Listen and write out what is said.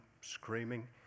screaming